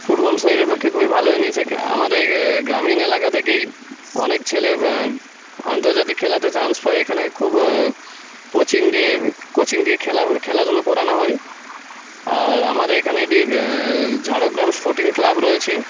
football শরীরের পক্ষে খুবই ভালো জিনিস আমাদের গ্রামীণ এলাকা থেকেই অনেক ছেলে আন্তর্জাতিক খেলাতে চান্স পায় এখানে খুব কোচিং দে কোচিং দিয়ে খেলা খেলাধুলা করানো হয় আর আমাদের এখানে একটি ঝাড়গ্রাম স্পোর্টিং ক্লাব রয়েছে